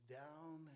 down